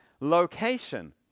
location